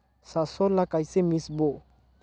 सरसो ला कइसे मिसबो?